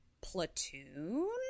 platoon